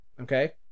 Okay